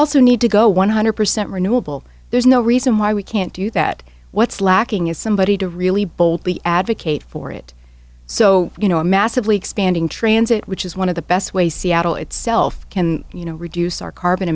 also need to go one hundred percent renewable there's no reason why we can't do that what's lacking is somebody to really boldly advocate for it so you know a massively expanding transit which is one of the best ways seattle itself can you know reduce our carbon